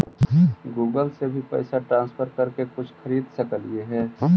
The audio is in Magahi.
गूगल से भी पैसा ट्रांसफर कर के कुछ खरिद सकलिऐ हे?